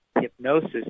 hypnosis